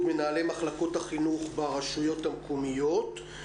מנהלי מחלקות החינוך ברשויות המקומיות,